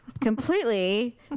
completely